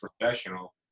professional